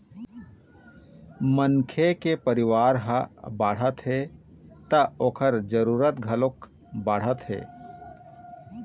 मनखे के परिवार ह बाढ़त हे त ओखर जरूरत घलोक बाढ़त हे